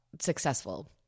successful